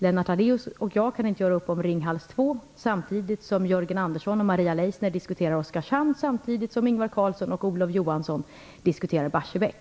Lennart Daléus och jag kan inte göra upp om Ringhals 2 samtidigt som Jörgen Andersson och Maria Leissner diskuterar Oskarshamn samtidigt som Ingvar Carlsson och Olof Johansson diskuterar Barsebäck.